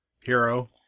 hero